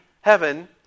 heaven